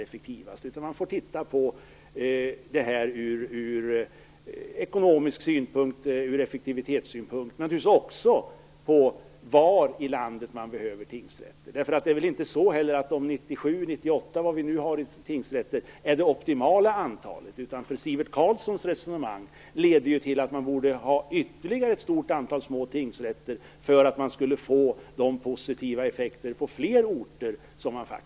Man får titta på det ur ekonomisk och effektivitetssynpunkt och naturligtvis också se på var i landet man behöver tingsrätter. Det är inte heller så att de 97 eller 98 tingsrätter som vi nu har är det optimala antalet. Sivert Carlssons resonemang leder till att man borde ha ytterligare ett stort antal små tingsrätter för att få positiva effekter på flera orter.